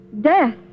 death